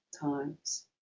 Times